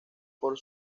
por